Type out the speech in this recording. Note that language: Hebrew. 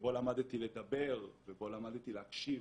שבו למדתי לדבר, ובו למדתי להקשיב,